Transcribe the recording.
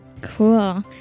Cool